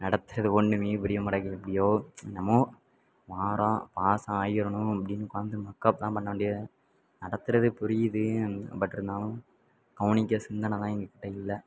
நடத்துகிறது ஒன்றுமே புரியமாட்டங்குது எப்படியோ என்னமோ வாரோம் பாஸ் ஆகிடணும் அப்படின்னு உட்காந்து மக் அப் தான் பண்ண வேண்டிய நடத்துகிறது புரியுது பட்யிருந்தாலும் கவனிக்க சிந்தனைதான் எங்கள் கிட்டே இல்லை